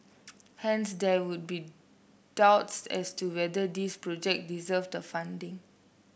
hence there would be doubts as to whether these project deserved the funding